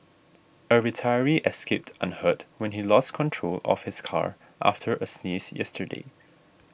a retiree escaped unhurt when he lost control of his car after a sneeze yesterday